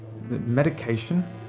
medication